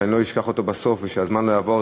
כדי שלא אשכח אותו בסוף ושהזמן לא יעבור,